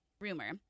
rumor